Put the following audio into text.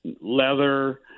leather